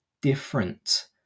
different